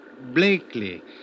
Blakely